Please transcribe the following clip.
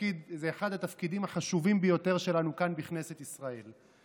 זה אחד התפקידים החשובים ביותר שלנו כאן בכנסת ישראל.